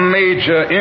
major